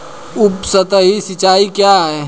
उपसतही सिंचाई क्या है?